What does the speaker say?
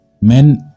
men